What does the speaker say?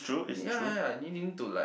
ya ya ya need him to like